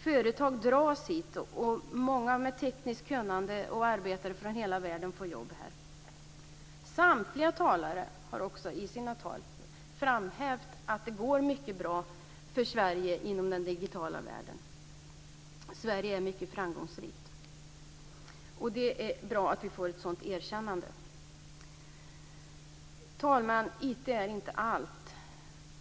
Företag dras hit, och många arbetare och folk med tekniskt kunnande från hela världen får jobb här. Samtliga talare har också i sina tal framhävt att det går mycket bra för Sverige inom den digitala världen. Sverige är mycket framgångsrikt. Det är bra att vi får ett sådant erkännande. Fru talman! IT är inte allt,